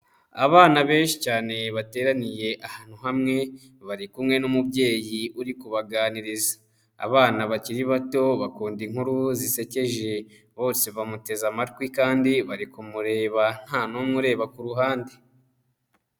Abana benshi cyane bateraniye ahantu hamwe, bari kumwe n'umubyeyi uri kubaganiriza, abana bakiri bato bakunda inkuru zisekeje, bose bamuteze amatwi kandi bari kumureba, nta numwe ureba ku ruhande.